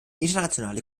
internationale